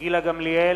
גילה גמליאל,